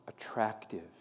attractive